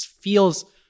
feels